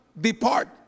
depart